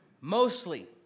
mostly